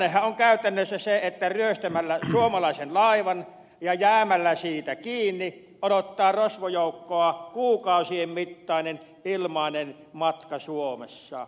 tilannehan on käytännössä se että ryöstämällä suomalaisen laivan ja jäämällä siitä kiinni odottaa rosvojoukkoa kuukausien mittainen ilmainen matka suomessa